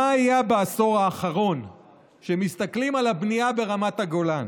מה היה בעשור האחרון כשמסתכלים על הבנייה ברמת הגולן?